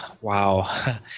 wow